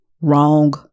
wrong